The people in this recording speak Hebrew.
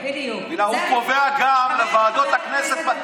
הוא קובע גם לוועדות הכנסת,